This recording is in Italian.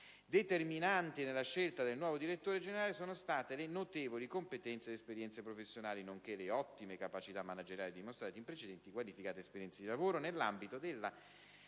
determinanti nella scelta del nuovo direttore generale sono state le notevoli competenze ed esperienze professionali, nonché le ottime capacità manageriali dimostrate in precedenti qualificate esperienze di lavoro nell'ambito della